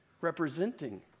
representing